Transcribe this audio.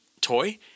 toy